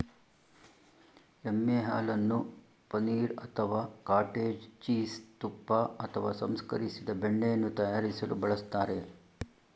ಎಮ್ಮೆ ಹಾಲನ್ನು ಪನೀರ್ ಅಥವಾ ಕಾಟೇಜ್ ಚೀಸ್ ತುಪ್ಪ ಅಥವಾ ಸಂಸ್ಕರಿಸಿದ ಬೆಣ್ಣೆಯನ್ನು ತಯಾರಿಸಲು ಬಳಸ್ತಾರೆ